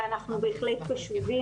ואנחנו בהחלט קשובים.